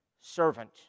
servant